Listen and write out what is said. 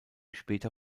später